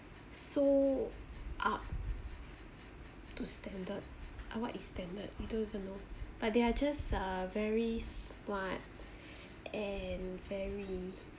so up to standard uh what is standard you don't even know but they are just uh very smart and very